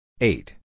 Eight